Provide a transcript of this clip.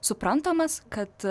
suprantamas kad